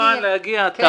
המנכ"ל שלי מוכן להגיע תמיד,